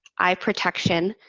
eye protection,